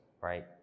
right